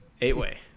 Eight-way